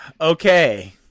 Okay